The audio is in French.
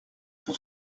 pour